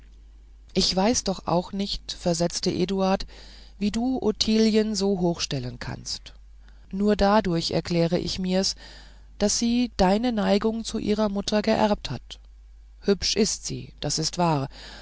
ich weiß doch auch nicht versetzte eduard wie du ottilien so hoch stellen kannst nur dadurch erkläre ich mir's daß sie deine neigung zu ihrer mutter geerbt hat hübsch ist sie das ist wahr